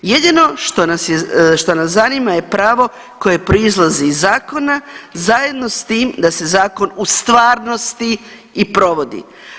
Jedino što nas zanima je pravo koja proizlazi iz zakona zajedno s tim da se zakon u stvarnosti i provodi.